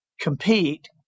compete